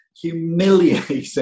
humiliating